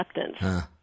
acceptance